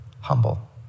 humble